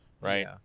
right